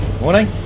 Morning